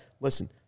listen